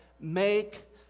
make